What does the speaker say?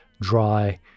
dry